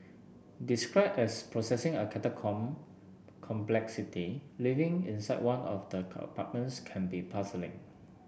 described as possessing a catacomb complexity living inside one of the can be puzzling